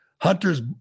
Hunter's